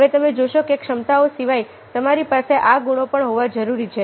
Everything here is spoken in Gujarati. હવે તમે જોશો કે ક્ષમતાઓ સિવાય તમારી પાસે આ ગુણો પણ હોવા જરૂરી છે